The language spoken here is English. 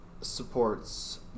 supports